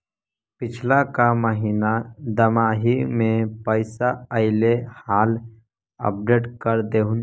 पिछला का महिना दमाहि में पैसा ऐले हाल अपडेट कर देहुन?